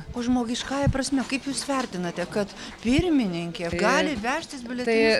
o žmogiškąja prasme kaip jūs vertinate kad pirmininkė gali vežtis